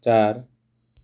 चार